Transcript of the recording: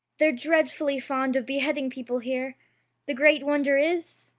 they're dreadfully fond of beheading people here the great wonder is,